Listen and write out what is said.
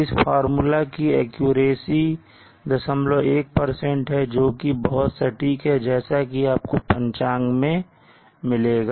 इस फार्मूला की एक्यूरेसी 01 है जोकि बहुत सटीक है जैसा कि आपको पंचांग में मिलेगा